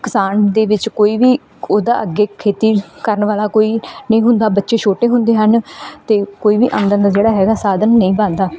ਕਿਸਾਨ ਦੇ ਵਿੱਚ ਕੋਈ ਵੀ ਉਹਦਾ ਅੱਗੇ ਖੇਤੀ ਕਰਨ ਵਾਲਾ ਕੋਈ ਨਹੀਂ ਹੁੰਦਾ ਬੱਚੇ ਛੋਟੇ ਹੁੰਦੇ ਹਨ ਅਤੇ ਕੋਈ ਵੀ ਆਮਦਨ ਦਾ ਜਿਹੜਾ ਹੈਗਾ ਸਾਧਨ ਨਹੀਂ ਬਣਦਾ